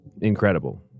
incredible